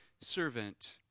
servant